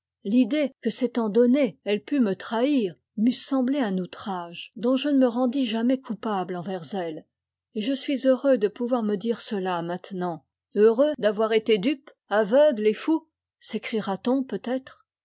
l'idée que s'étant donnée elle pût me trahir m'eût semblé un outrage dont je ne me rendis jamais coupable envers elle et je suis heureux de pouvoir me dh e cela maintenant heureux d'avoir été dupe aveugle et fou sécriera t on peut-être